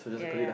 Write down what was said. ya ya